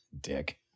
Dick